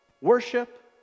Worship